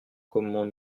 comment